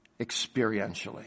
experientially